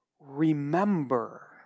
Remember